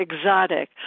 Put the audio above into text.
exotic